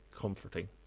comforting